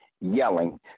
yelling